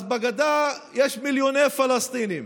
אז בגדה יש מיליוני פלסטינים